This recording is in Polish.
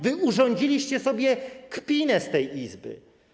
Wy urządziliście sobie kpinę z tej Izby.